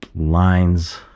Lines